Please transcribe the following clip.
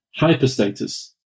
hyperstatus